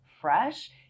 fresh